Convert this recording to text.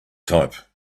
type